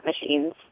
machines